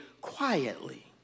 quietly